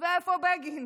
ואיפה בגין?